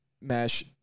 mesh